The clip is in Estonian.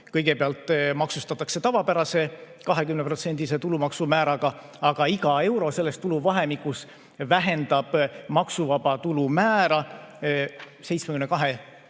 kõigepealt maksustatakse tavapärase 20%‑se tulumaksu määraga, aga iga euro selles tuluvahemikus vähendab maksuvaba tulu määra 72